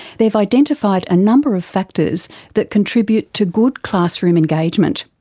they've identified a number of factors that contribute to good classroom engagement.